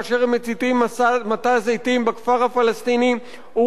מציתים מטע זיתים בכפר הפלסטיני עוריף.